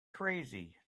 crazy